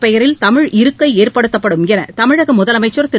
பெயரில் தமிழ் இருக்கை ஏற்படுத்தப்படும் என்று தமிழக முதலமைச்சா் திரு